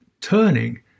turning